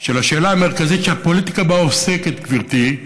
של השאלה המרכזית שהפוליטיקה עוסקת בה, גברתי,